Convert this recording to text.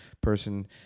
person